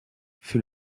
fut